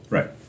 Right